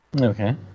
Okay